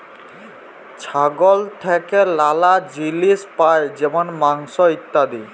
ছাগল থেক্যে লালা জিলিস পাই যেমল মাংস, ইত্যাদি